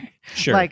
Sure